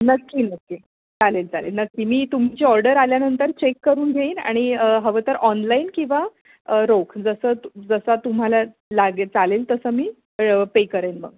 नक्की नक्की चालेल चालेल नक्की मी तुमची ऑर्डर आल्यानंतर चेक करून घेईन आणि हवं तर ऑनलाईन किंवा रोख जसं जसा तुम्हाला लागेल चालेल तसं मी पे करेन मग